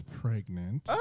pregnant